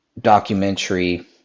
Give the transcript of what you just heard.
documentary